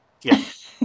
Yes